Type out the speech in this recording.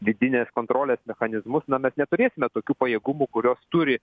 vidinės kontrolės mechanizmus na mes neturėsime tokių pajėgumų kuriuos turi